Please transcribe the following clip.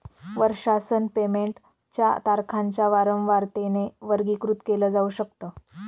वर्षासन पेमेंट च्या तारखांच्या वारंवारतेने वर्गीकृत केल जाऊ शकत